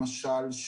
למשל,